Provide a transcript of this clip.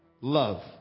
love